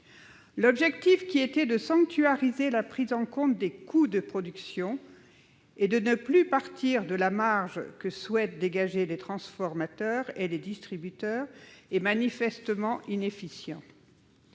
L'objectif, qui était de sanctuariser la prise en compte des coûts de production et de ne plus partir de la marge que souhaitent dégager les transformateurs et les distributeurs, n'est manifestement pas atteint.